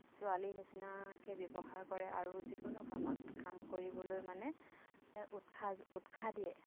ছোৱালীৰ নিচিনাকে ব্যৱহাৰ কৰে আৰু যিকোনো কামত কাম কৰিবলৈ মানে উৎসাহ উৎসাহ দিয়ে